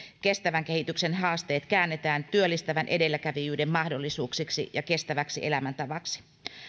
kestävän kehityksen haasteet käännetään työllistävän edelläkävijyyden mahdollisuuksiksi ja kestäväksi elämäntavaksi